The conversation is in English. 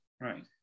right